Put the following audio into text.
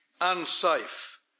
unsafe